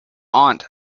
aunt